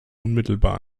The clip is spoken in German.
unmittelbar